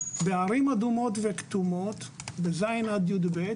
בערים אדומות וכתומות בכיתות ז'-י"ב